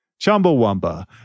Chumbawamba